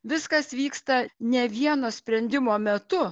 viskas vyksta ne vieno sprendimo metu